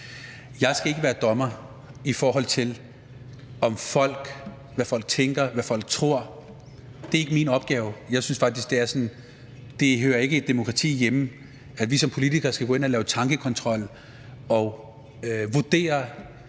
Jeg skal ikke være dommer i forhold til, hvad folk tænker, og hvad folk tror. Det er ikke min opgave. Jeg synes faktisk ikke, at det hører hjemme i et demokrati, at vi som politikere skal gå ind og lave tankekontrol og vurdere,